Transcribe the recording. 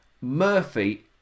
Murphy